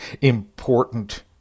important